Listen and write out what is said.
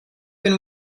can